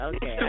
Okay